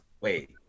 Wait